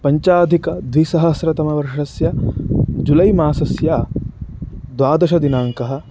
पञ्चाधिकद्विसहस्रतमवर्षस्य जुलै मासस्य द्वादशदिनाङ्कः